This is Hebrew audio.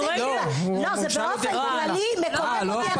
זה באופן כללי מקומם אותי,